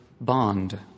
bond